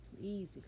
Please